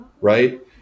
Right